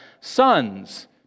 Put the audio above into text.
sons